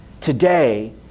today